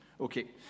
okay